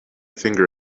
finger